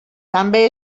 també